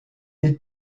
est